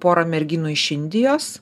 porą merginų iš indijos